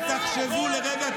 ותחשבו לרגע,